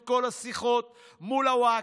את כל השיחות מול הווקף,